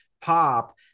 pop